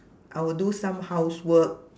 I will do some housework